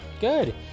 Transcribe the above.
good